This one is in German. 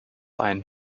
einen